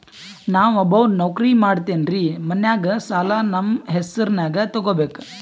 ನಾ ಒಬ್ಬವ ನೌಕ್ರಿ ಮಾಡತೆನ್ರಿ ಮನ್ಯಗ ಸಾಲಾ ನಮ್ ಹೆಸ್ರನ್ಯಾಗ ತೊಗೊಬೇಕ?